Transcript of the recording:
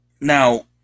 now